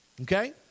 Okay